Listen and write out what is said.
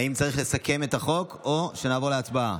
האם צריך לסכם את החוק או שנעבור להצבעה?